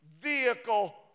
vehicle